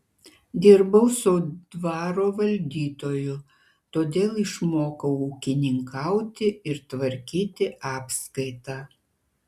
dirbau su dvaro valdytoju todėl išmokau ūkininkauti ir tvarkyti apskaitą